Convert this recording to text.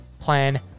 plan